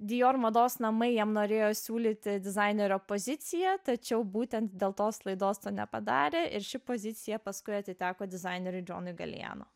niujorko mados namai jam norėjo siūlyti dizainerio poziciją tačiau būtent dėl tos laidos to nepadarė ir ši pozicija paskui atiteko dizaineriui džonui galijano